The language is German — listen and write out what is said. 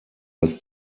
als